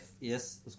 Yes